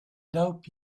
dope